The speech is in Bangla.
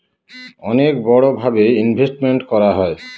অনেক বড়ো ভাবে ইনভেস্টমেন্ট করা হয়